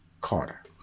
Carter